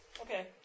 Okay